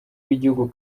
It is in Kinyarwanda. bw’igihugu